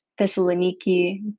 Thessaloniki